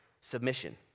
Submission